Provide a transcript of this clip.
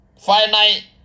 finite